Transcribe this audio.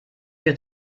für